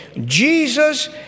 Jesus